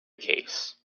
case